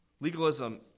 Legalism